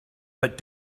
but